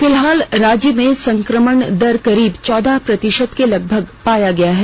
फिलहाल राज्य में संक्रमण दर करीब चौदह प्रतिशत के लगभग पाया गया है